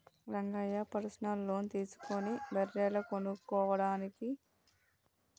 Rangayya personal loan తీసుకుని బర్రెలు కొనుక్కోవాలని బ్యాంకుల చుట్టూ తిరుగుతున్నాడు